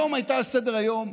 היום הייתה על סדר-היום,